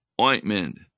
ointment